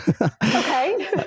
okay